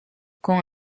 con